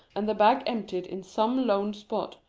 and the bag emptied in some lone spot,